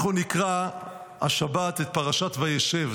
אנחנו נקרא השבת את פרשת וישב,